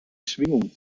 schwingung